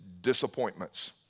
disappointments